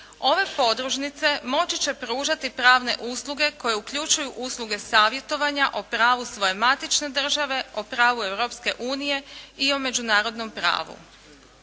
Ove podružnice moći će pružati pravne usluge koje uključuju usluge savjetovanja o pravu svoje matične države, o pravu Europske unije i o međunarodnom pravu.